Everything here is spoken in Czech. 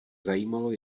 zajímalo